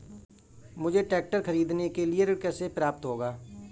मुझे ट्रैक्टर खरीदने के लिए ऋण कैसे प्राप्त होगा?